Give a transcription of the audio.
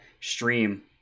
stream